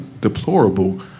deplorable